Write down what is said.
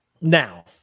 now